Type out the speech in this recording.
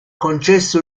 concesse